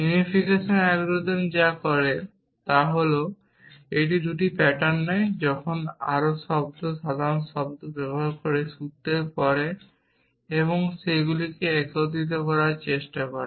unification algorithm যা করে তা হল এটি 2টি প্যাটার্ন নেয় যখন আরও সাধারণ শব্দ ব্যবহার করে সূত্রের পরে এবং সেগুলিকে একত্রিত করার চেষ্টা করে